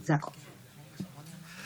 זה נכון וזה יקרה,